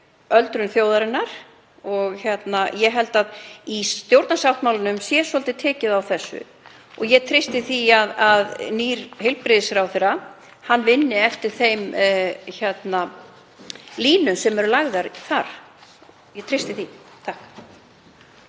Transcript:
öldrun þjóðarinnar og ég held að í stjórnarsáttmálanum sé svolítið tekið á þessu og ég treysti því að nýr heilbrigðisráðherra vinni eftir þeim línum sem lagðar eru þar. Ég treysti því.